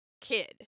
kid